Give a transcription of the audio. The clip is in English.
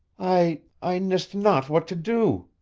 i. i nyst not what to do,